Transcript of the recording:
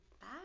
bye